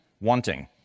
wanting